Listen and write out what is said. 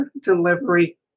delivery